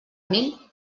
mil